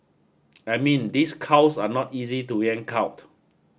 I mean these cows are not easy to yank out